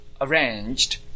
arranged